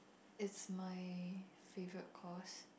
it's my favourite course